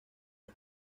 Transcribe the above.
las